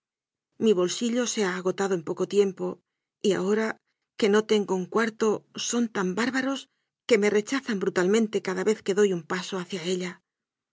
mi bolsillo se ha agotado en poco tiempo y ahora que no tengo un cuarto son tan bárbaros que me rechazan brutalmente cada vez que doy un paso hacia ella